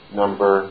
number